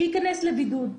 שייכנס לבידוד.